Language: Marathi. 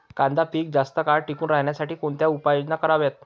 कांदा पीक जास्त काळ टिकून राहण्यासाठी कोणत्या उपाययोजना कराव्यात?